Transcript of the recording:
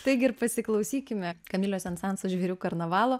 taigi ir pasiklausykime kamilio sensanso žvėrių karnavalo